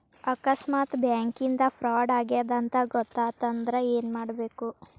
ಆಕಸ್ಮಾತ್ ಬ್ಯಾಂಕಿಂದಾ ಫ್ರಾಡ್ ಆಗೇದ್ ಅಂತ್ ಗೊತಾತಂದ್ರ ಏನ್ಮಾಡ್ಬೇಕು?